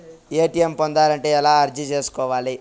ATM పొందాలంటే ఎలా అర్జీ సేసుకోవాలి?